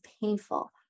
painful